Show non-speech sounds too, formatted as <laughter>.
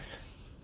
<laughs>